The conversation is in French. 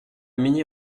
mini